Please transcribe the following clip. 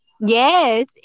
Yes